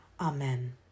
Amen